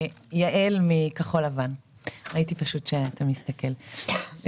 נושא